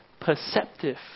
perceptive